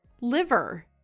liver